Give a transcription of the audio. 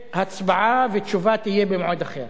והצבעה ותשובה יהיו במועד אחר.